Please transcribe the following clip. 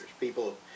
People